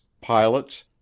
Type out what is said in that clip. pilots